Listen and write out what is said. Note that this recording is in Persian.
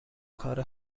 کار